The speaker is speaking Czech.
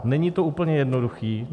Není to úplně jednoduché.